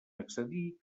excedir